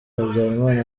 habyarimana